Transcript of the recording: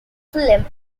film